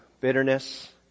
bitterness